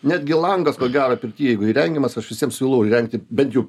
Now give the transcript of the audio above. netgi langas ko gero pirty jeigu įrengiamas aš visiems siūlau įrengti bent jau